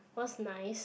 what's nice